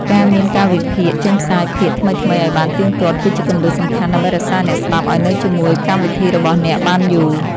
ការមានកាលវិភាគចេញផ្សាយភាគថ្មីៗឱ្យបានទៀងទាត់គឺជាគន្លឹះសំខាន់ដើម្បីរក្សាអ្នកស្តាប់ឱ្យនៅជាមួយកម្មវិធីរបស់អ្នកបានយូរ។